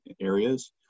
areas